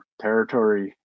territory